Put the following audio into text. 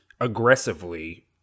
aggressively